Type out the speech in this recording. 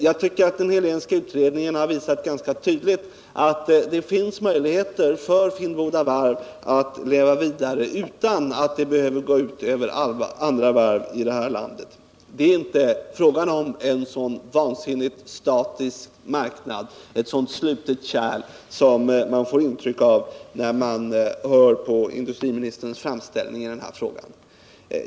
Jag anser att den Helénska utredningen visat ganska tydligt att det finns möjligheter för Finnboda varv att leva vidare utan att det skulle behöva gå ut över andra varv i vårt land. Det är inte fråga om en så statisk marknad, ett så slutet kärl, som man får intryck av när man hör industriministerns framställning i frågan.